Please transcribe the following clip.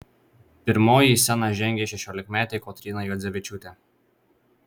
pirmoji į sceną žengė šešiolikmetė kotryna juodzevičiūtė